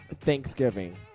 Thanksgiving